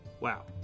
Wow